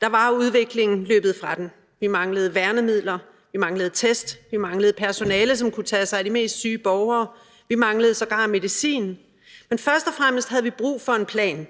var udviklingen løbet fra den. Vi manglede værnemidler, vi manglede test, vi manglede personale, som kunne tage sig af de mest syge borgere, vi manglede sågar medicin. Men først og fremmest havde vi brug for en plan,